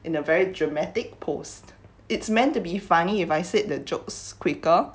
in a very dramatic pose it's meant to be funny if I said the jokes quicker